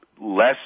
less